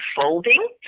folding